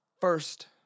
first